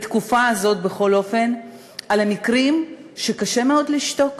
בתקופה הזאת בכל אופן, על מקרים שקשה מאוד לשתוק,